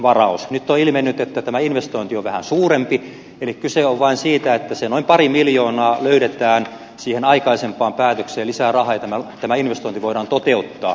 nyt on ilmennyt että tämä investointi on vähän suurempi eli kyse on vain siitä että se noin pari miljoonaa löydetään siihen aikaisempaan päätökseen lisää rahaa ja tämä investointi voidaan toteuttaa